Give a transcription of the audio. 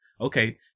okay